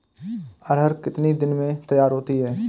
अरहर कितनी दिन में तैयार होती है?